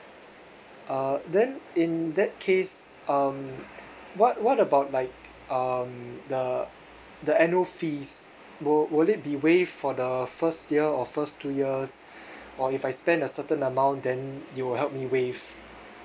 uh then in that case um what what about like um the the annual fees wi~ will it be waived for the first year or first two years or if I spend a certain amount then you will help me waive